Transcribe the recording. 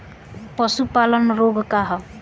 पशु प्लग रोग का होखे?